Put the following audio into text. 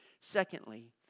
Secondly